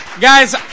guys